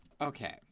Okay